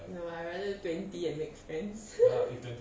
no I rather do twenty and make friends